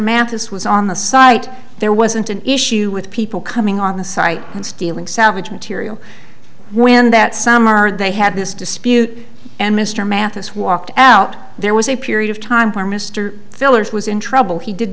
mathis was on the site there wasn't an issue with people coming on the site and stealing salvage material when that summer they had this dispute and mr mathis walked out there was a period of time where mr fillers was in trouble he did